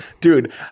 Dude